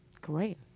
great